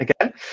again